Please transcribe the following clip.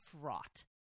fraught